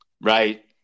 Right